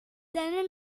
then